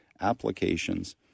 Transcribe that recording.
applications